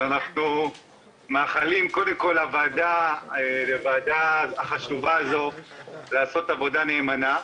אז אנחנו מאחלים לוועדה החשובה הזו לעשות עבודה נאמנה.